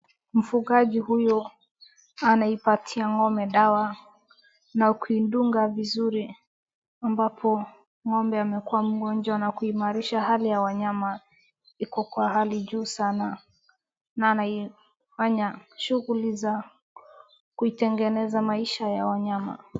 Mfugaji huyu anaipatia ng'ombe huyu dawa. Na kuidunga vizuri ambapo ng'ombe amekuwa mgonjwa na kuimarisha hali ya wanyama iko kwa hali ya juu sana. Na anaifanya shughuli za kuitengeneza maisha ya wanyama.